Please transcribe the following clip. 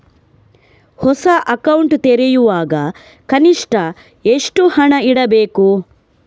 ಹೊಸ ಅಕೌಂಟ್ ತೆರೆಯುವಾಗ ಕನಿಷ್ಠ ಎಷ್ಟು ಹಣ ಇಡಬೇಕು?